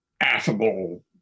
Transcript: affable